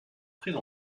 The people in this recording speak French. prise